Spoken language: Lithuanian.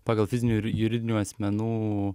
pagal fizinių ir juridinių asmenų